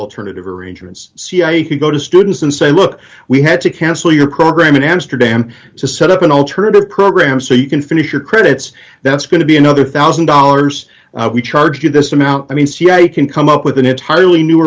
alternative arrangements cia could go to students and say look we had to cancel your program in amsterdam to set up an alternative program so you can finish your credits that's going to be another one thousand dollars we charge you this amount i mean ca can come up with an entirely new